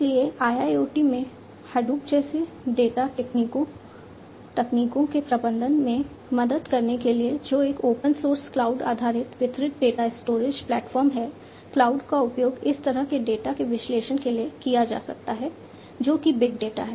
इसलिए IIoT में Hadoop जैसी डेटा तकनीकों के प्रबंधन में मदद करने के लिए जो एक ओपन सोर्स क्लाउड आधारित वितरित डेटा स्टोरेज प्लेटफॉर्म है क्लाउड का उपयोग इस तरह के डेटा के विश्लेषण के लिए किया जा सकता है जो कि बिग डेटा है